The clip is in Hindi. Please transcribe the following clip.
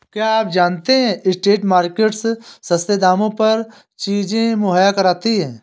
क्या आप जानते है स्ट्रीट मार्केट्स सस्ते दामों पर चीजें मुहैया कराती हैं?